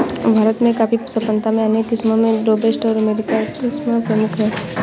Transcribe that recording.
भारत में कॉफ़ी संपदा में अनेक किस्मो में रोबस्टा ओर अरेबिका किस्म प्रमुख है